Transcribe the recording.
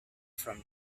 from